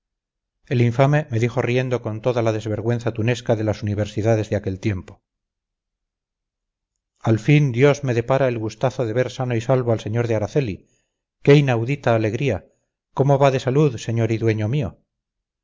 el infame me dijo riendo con toda la desvergüenza tunesca de las universidades de aquel tiempo al fin dios me depara el gustazo de ver sano y salvo al sr de araceli qué inaudita alegría cómo va de salud señor y dueño mío